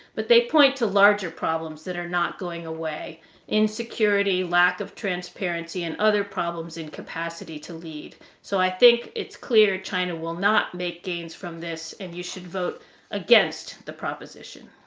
but they point to larger problems that are not going away in security, lack of transparency, and other problems in capacity to lead. so, i think it's clear china will not make gains from this, and you should vote against the proposition.